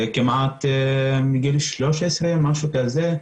כמעט מגיל שלוש עשרה, משהו כזה.